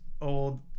old